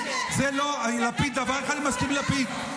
בדבר אחד אני מסכים עם לפיד,